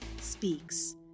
speaks